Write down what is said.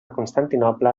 constantinoble